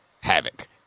havoc